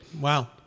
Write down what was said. Wow